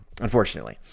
unfortunately